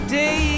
day